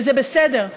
וזה בסדר.